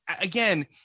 again